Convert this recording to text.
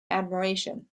admiration